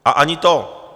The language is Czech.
A ani to.